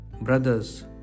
Brothers